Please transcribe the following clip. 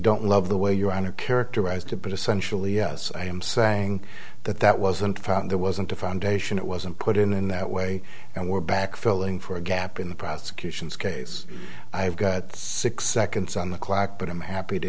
don't love the way you want to characterize to but essentially yes i am saying that that wasn't found there wasn't a foundation it wasn't put in that way and we're back filling for a gap in the prosecution's case i've got six seconds on the clock but i'm happy to